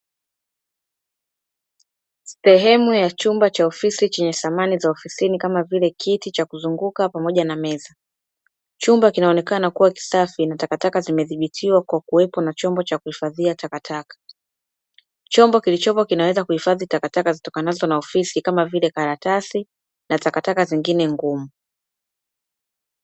Sehemu ya chumba cha ofisi chenye samani za ofisini kama vile kiti cha kuzunguka pamoja na meza. Chumba kinaonekana kuwa kisafi na takataka zimedhibitiwa kwa kuwepo kwa chombo cha kuhifadhia takataka. Chombo kilichopo kinaweza kuhifadhi takataka zitokanazo na ofisi, kama vile: karatasi na takataka zingine ngumu.